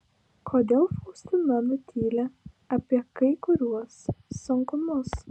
kodėl faustina nutyli apie kai kuriuos sunkumus